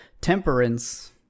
temperance